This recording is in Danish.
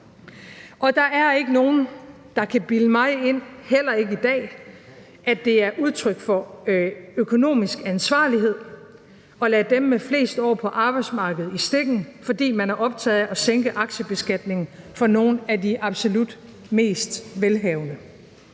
Og der er ikke nogen, der kan bilde mig ind, heller ikke i dag, at det er udtryk for økonomisk ansvarlighed at lade dem med flest år på arbejdsmarkedet i stikken, fordi man er optaget af at sænke aktiebeskatningen for nogle af de absolut mest velhavende.